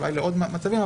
אולי לעוד מצבים.